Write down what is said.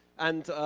and